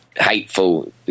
hateful